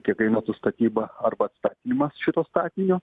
kiek kainuotų statyba arba atstatymas šito statinio